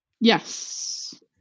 yes